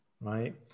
right